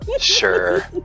Sure